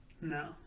no